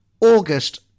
august